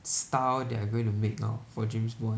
style they are going to make now for James Bond